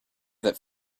that